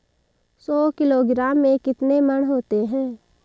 सौ किलोग्राम में कितने मण होते हैं?